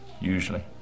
usually